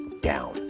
down